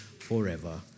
forever